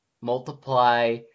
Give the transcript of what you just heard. multiply